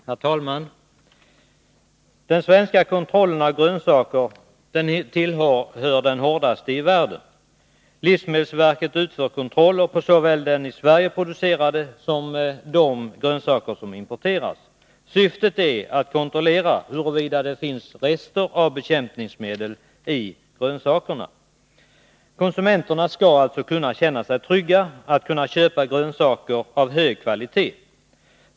Herr talman! Den svenska kontrollen av grönsaker tillhör de hårdaste i världen. Livsmedelsverket utför kontroller på såväl de i Sverige producerade som de importerade grönsakerna. Syftet är att kontrollera huruvida grönsakerna innehåller rester av bekämpningsmedel. Konsumenterna skall alltså kunna känna sig trygga och veta att de köper grönsaker av hög kvalitet.